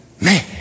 Man